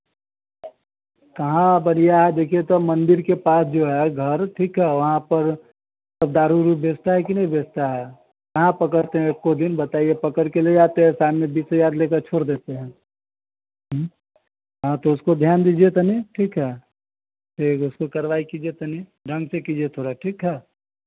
कहाँ बढ़िया है देखिए सब मंदिर के पास जो है घर ठीक है वहाँ पर सब दारू वारू बेचता है कि नहीं बेचता है कहाँ पकड़ते उसको दिन बताइए पकड़ कर ले जाते हैं शाम में बीस हज़ार ले के छोड़ देते हैं हाँ तो उसको ध्यान दीजिए तनि ठीक है ठीक है उसको कार्यवाही करिए तनि ढंग से कीजिए थोड़ा ठीक है